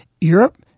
Europe